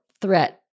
threat